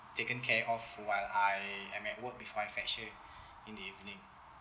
taken care of while I am at work before I fetch her in the evening